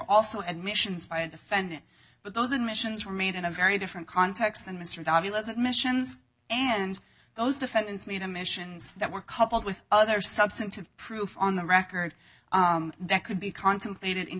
also admissions by a defendant but those admissions were made in a very different context and mr dobbie wasn't missions and those defendants made emissions that were coupled with other substantive proof on the record that could be contemplated in